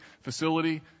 Facility